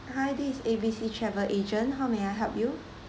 hi this is A B C travel agent how may I help you